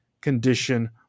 condition